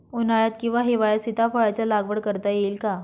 उन्हाळ्यात किंवा हिवाळ्यात सीताफळाच्या लागवड करता येईल का?